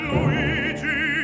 Luigi